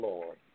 Lord